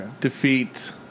defeat